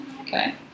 Okay